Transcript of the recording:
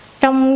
trong